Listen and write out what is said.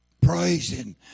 praising